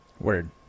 Word